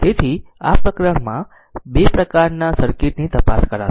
તેથી આ પ્રકરણમાં r 2 પ્રકારના સર્કિટ ની તપાસ કરશે